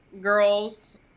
girls